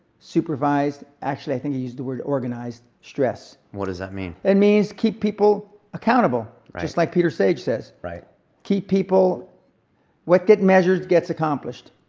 supervised, actually i think he used the word organized, stress, what does that mean? it means keep people accountable. just like peter sage says, keep people what gets measured gets accomplished.